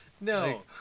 No